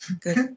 Good